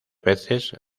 veces